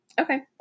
Okay